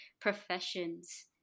professions